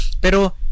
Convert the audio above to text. Pero